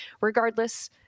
regardless